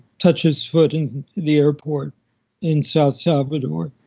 touches foot in the airport in south salvador.